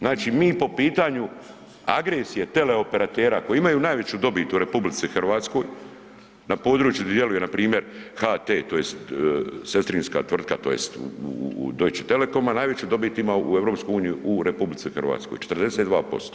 Znači mi po pitanju agresije teleoperatera koji imaju najveću dobit u RH na području gdje djeluju npr. HT tj. sestrinska tvrtka tj. u Deutsche Telekoma najveću dobit ima u EU u RH 42%